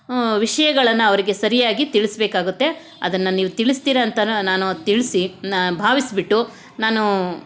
ವಿಷಯಗಳನ್ನು ಅವ್ರಿಗೆ ಸರಿಯಾಗಿ ತಿಳಿಸಬೇಕಾಗುತ್ತೆ ಅದನ್ನು ನೀವು ತಿಳಿಸ್ತೀರ ಅಂತ ನಾನು ತಿಳಿಸಿ ನಾನು ಭಾವಿಸಿಬಿಟ್ಟು ನಾನು